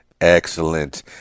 Excellent